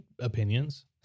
opinions